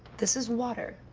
this is water.